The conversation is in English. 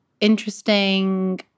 interesting